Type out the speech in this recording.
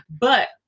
But-